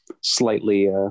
slightly